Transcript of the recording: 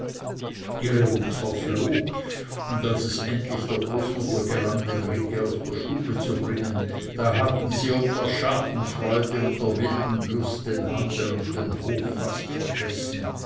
ihre wut verflog und als es endlich der großmutter gelang den ringgi aus der stube zu bringen da hatten sie ob der schadenfreude und der wilden lust den handel und den hof fast vergessen